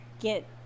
get